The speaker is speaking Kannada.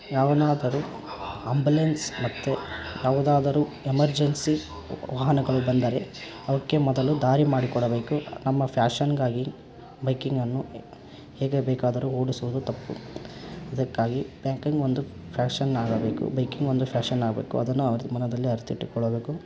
ಯಾವನಾದರೂ ಅಂಬುಲೆನ್ಸ್ ಮತ್ತು ಯಾವುದಾದರೂ ಎಮರ್ಜೆನ್ಸಿ ವಾಹನಗಳು ಬಂದರೆ ಅವಕ್ಕೆ ಮೊದಲು ದಾರಿ ಮಾಡಿಕೊಡಬೇಕು ನಮ್ಮ ಫ್ಯಾಷನ್ಗಾಗಿ ಬೈಕಿಂಗನ್ನು ಹೇಗೆ ಬೇಕಾದರೂ ಓಡಿಸುವುದು ತಪ್ಪು ಇದಕ್ಕಾಗಿ ಬ್ಯಾಂಕಿಂಗ್ ಒಂದು ಫ್ಯಾಷನ್ ಆಗಬೇಕು ಬೈಕಿಂಗ್ ಒಂದು ಫ್ಯಾಷನ್ ಆಗಬೇಕು ಅದನ್ನು ಅವ್ರು ಮನದಲ್ಲಿ ಅರಿತಿಟ್ಟುಕೊಳ್ಳಬೇಕು